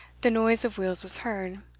the noise of wheels was heard.